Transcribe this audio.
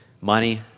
money